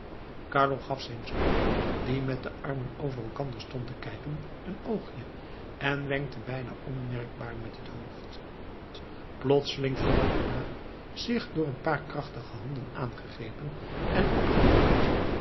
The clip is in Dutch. carlo gaf zijn zoon die met de armen over elkander stond te kijken een oogje en wenkte bijna onmerkbaar met het hoofd plotseling voelde de knaap zich door een paar krachtige handen aangegrepen en opgetild